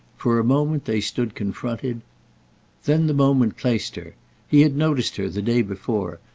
for a moment they stood confronted then the moment placed her he had noticed her the day before,